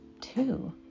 Two